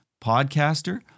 podcaster